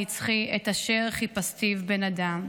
הנצחי / את אשר חיפשתיו: בן אדם.